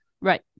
Right